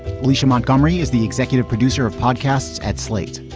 alicia montgomery is the executive producer of podcasts at slate.